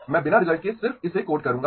मैं बिना रिजल्ट के सिर्फ इसे कोट करूंगा